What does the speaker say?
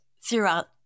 throughout